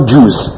Jews